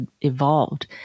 evolved